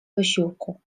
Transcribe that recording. wysiłku